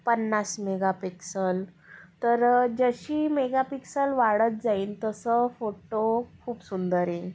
पन्नास मेगापिक्सल तर जशी मेगापिक्सल वाढत जाईल तसं फोटो खूप सुंदर येईन